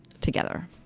together